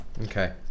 okay